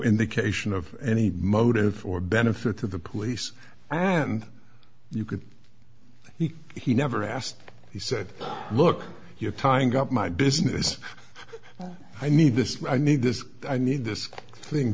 indication of any motive or benefit to the police and you could he he never asked he said look you're tying up my business i need this i need this i need this thing